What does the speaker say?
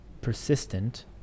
persistent